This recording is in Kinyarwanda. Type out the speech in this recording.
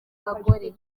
bagore